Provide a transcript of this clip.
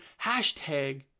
hashtag